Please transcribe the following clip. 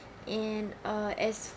and uh as for